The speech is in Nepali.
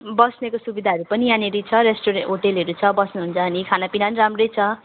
बस्नेको सुविधाहरू पनि यहाँनेरि छ रेस्ट्रुरेन्ट होटेलहरू छ बस्नु हुन्छ भने खाना पिना नि राम्रै छ